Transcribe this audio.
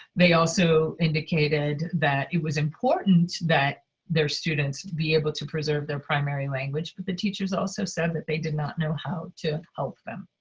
they also indicated that it was important that their students be able to preserve their primary language, but the teachers also said that they did not know how to help them.